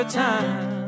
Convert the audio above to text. time